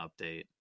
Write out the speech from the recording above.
update